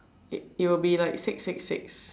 it will be like six six six